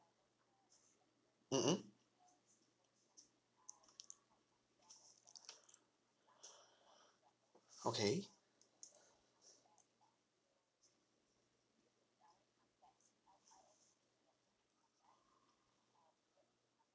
mmhmm okay